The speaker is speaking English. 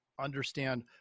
Understand